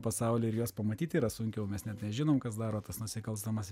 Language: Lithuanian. pasauly ir juos pamatyt yra sunkiau mes net nežinom kas daro tas nusikalstamas